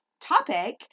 topic